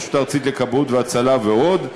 הרשות הארצית לכבאות והצלה ועוד,